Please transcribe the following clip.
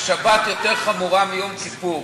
השבת יותר חמורה מיום כיפור.